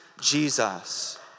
Jesus